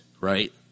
right